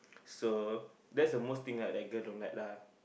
so that's the most thing like that girl don't like lah